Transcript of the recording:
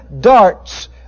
darts